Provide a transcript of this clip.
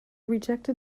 rejected